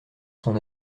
son